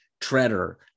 Treader